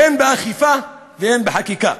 הן באכיפה והן בחקיקה.